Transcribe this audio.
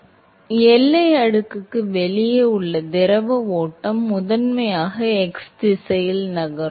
எனவே எல்லை அடுக்குக்கு வெளியே உள்ள திரவ ஓட்டம் முதன்மையாக x திசையில் நகரும்